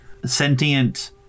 Sentient